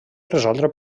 resoldre